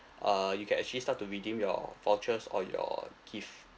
uh you can actually start to redeem your vouchers or your gift